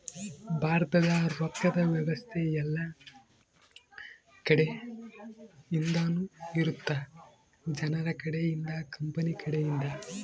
ಭಾರತದ ರೊಕ್ಕದ್ ವ್ಯವಸ್ತೆ ಯೆಲ್ಲ ಕಡೆ ಇಂದನು ಇರುತ್ತ ಜನರ ಕಡೆ ಇಂದ ಕಂಪನಿ ಕಡೆ ಇಂದ